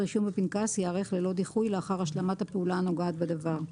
רישום בפנקס ייערך ללא דיחוי לאחר השלמת הפעולה הנוגעת בדבר.